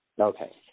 Okay